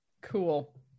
Cool